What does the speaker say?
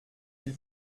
ils